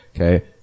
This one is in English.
Okay